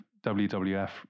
WWF